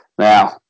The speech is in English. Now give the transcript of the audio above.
Now